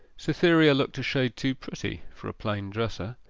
cytherea looked a shade too pretty for a plain dresser.